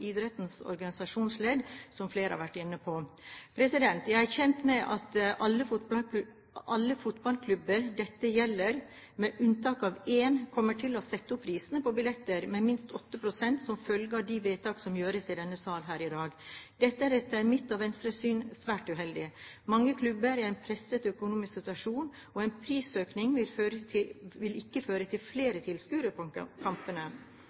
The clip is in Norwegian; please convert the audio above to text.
idrettens organisasjonsledd, som flere har vært inne på. Jeg er kjent med at alle fotballklubber dette gjelder, med unntak av én, kommer til å sette opp prisene på billetter med minst 8 pst. som følge av de vedtak som gjøres i denne sal her i dag. Dette er, etter mitt og Venstres syn, svært uheldig. Mange klubber er i en presset økonomisk situasjon, og en prisøkning vil ikke føre til flere tilskuere på kampene. Så til